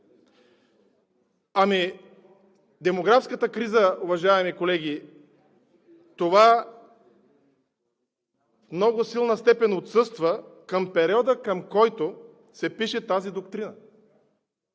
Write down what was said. Ами демографската криза, уважаеми колеги? Това в много силна степен отсъства към периода, към който се пише тази доктрина.